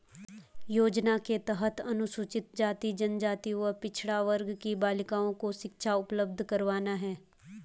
योजना के तहत अनुसूचित जाति, जनजाति व पिछड़ा वर्ग की बालिकाओं को शिक्षा उपलब्ध करवाना है